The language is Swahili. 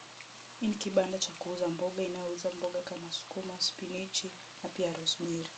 Hii ni kibanda cha kuuza mboga inayouza mboga kama sukuma, spinachi na pia rosemary .